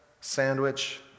sandwich